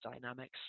dynamics